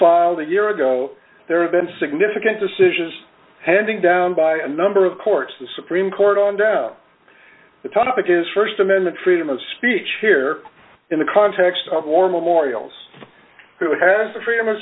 filed a year ago there have been significant decisions handing down by a number of courts the supreme court on the topic is st amendment freedom of speech here in the context of war memorials who has the freedom of